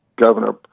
Governor